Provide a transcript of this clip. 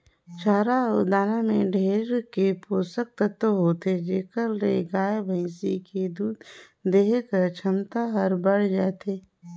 चारा अउ दाना में ढेरे के पोसक तत्व होथे जेखर ले गाय, भइसी के दूद देहे कर छमता हर बायड़ जाथे